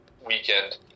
weekend